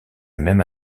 même